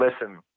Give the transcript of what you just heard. listen